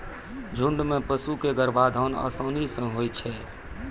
झुंड म पशु क गर्भाधान आसानी सें होय छै